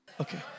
Okay